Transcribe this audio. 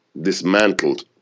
dismantled